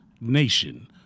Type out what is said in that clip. Nation